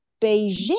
Beijing